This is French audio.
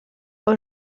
aux